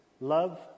Love